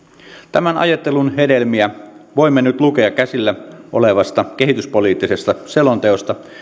tämän ajattelun hedelmiä voimme nyt lukea käsillä olevasta kehityspoliittisesta selonteosta